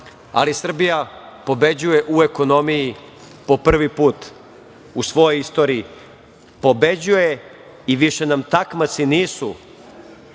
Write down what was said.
ali Srbija pobeđuje u ekonomiji. Po prvi put u svojoj istoriji pobeđuje i više nam takmaci nisu